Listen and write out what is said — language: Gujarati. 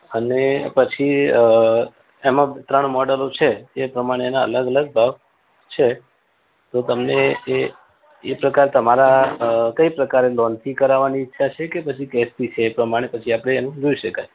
અને પછી અ એમાં ત્રણ મૉડલો છે એ પ્રમાણેનાં અલગ અલગ ભાવ છે તો તમને એ એ પ્રકાર તમારે કઈ પ્રકારે લોનથી કરાવવાની ઈચ્છા છે કે પછી કૅશથી છે એ પ્રમાણે પછી આપણે એનું જોઈ શકાય